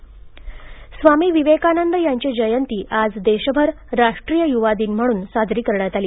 राष्ट्रीय युवा दिन स्वामी विवेकानंद यांची जयंती आज देशभर राष्ट्रीय युवा दिन म्हणून साजरी करण्यात आली